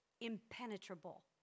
impenetrable